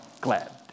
glad